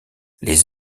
les